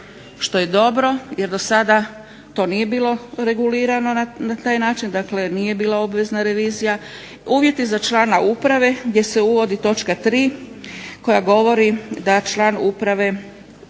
što je dobro, jer do sada nije bilo regulirano na taj način. Dakle, nije bila obvezna revizija. Uvjeti za člana uprave gdje se uvodi točka tri koja govori da član uprave